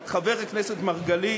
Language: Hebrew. אבל, חבר הכנסת מרגלית,